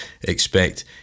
expect